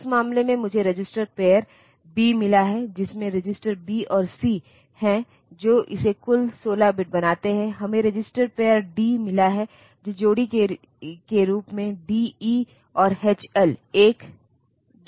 उस मामले में मुझे रजिस्टर पेअर बी मिला है जिसमें रजिस्टर बी और सी हैं जो इसे कुल 16 बिट बनाते हैं हमें रजिस्टर पेअर डी मिला है एक जोड़ी के रूप में डी ई और एच एल एक जोड़ी के रूप में